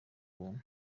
buntu